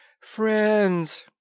Friends